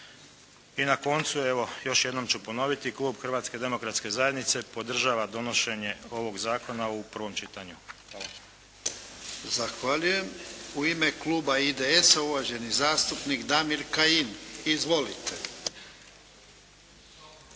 I na koncu evo još jednom ću ponoviti, klub Hrvatske demokratske zajednice podržava donošenje ovog zakona u prvom čitanju. Hvala. **Jarnjak, Ivan (HDZ)** Zahvaljujem. U ime kluba IDS-a, uvaženi zastupnik Damir Kajin. Izvolite.